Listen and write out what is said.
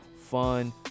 fun